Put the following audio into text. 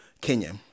Kenya